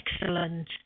excellent